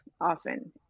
often